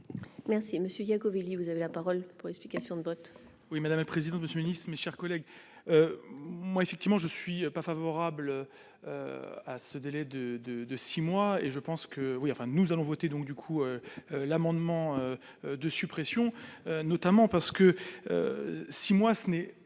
Merci monsieur Yachvili, vous avez la parole pour l'explication de vote. Oui, madame la présidente, monsieur le Ministre, mes chers collègues, moi effectivement je suis pas favorable à ce délai de, de, de 6 mois et je pense que oui, enfin nous allons voter, donc du coup, l'amendement de suppression, notamment parce que si moi, ce n'est,